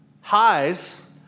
Highs